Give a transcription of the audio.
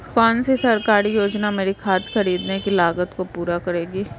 कौन सी सरकारी योजना मेरी खाद खरीदने की लागत को पूरा करेगी?